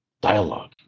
dialogue